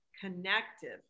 connective